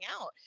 out